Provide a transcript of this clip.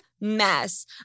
mess